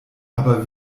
aber